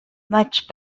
much